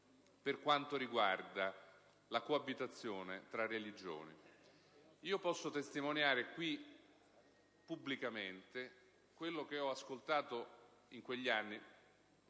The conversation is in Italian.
per quanto riguarda la coabitazione tra religioni. Posso testimoniare qui pubblicamente quello che ho ascoltato in quegli anni,